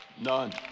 None